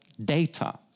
data